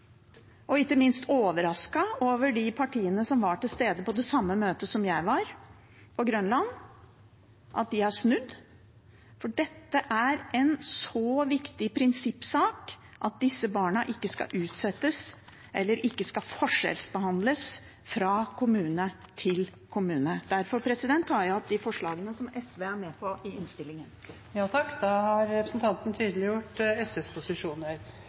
og ikke minst overrasket over at de partiene som var til stede på det samme møtet som jeg var på på Grønland, har snudd, for det at disse barna ikke skal forskjellsbehandles fra kommune til kommune, er en så viktig prinsippsak. Jeg tar opp SVs forslag i innstillingen. Representanten Karin Andersen har tatt opp det forslaget hun refererte til. En stor del av sakene om erstatning og oppreisning handler om personer som har